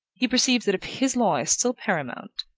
he perceives that if his law is still paramount,